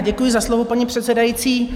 Děkuji za slovo, paní předsedající.